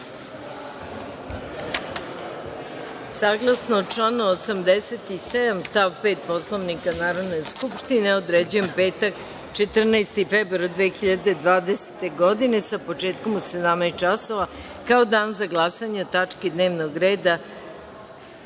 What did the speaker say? medije. Saglasno članu 87. stav 5. Poslovnika Narodne skupštine, određujem petak, 14. februar 2020. godine, sa početkom u 17.40 časova, kao dan za glasanje o tački dnevnog reda